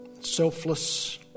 selfless